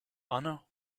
anna